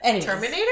Terminator